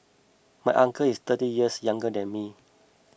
my uncle is thirty years younger than me